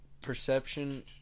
Perception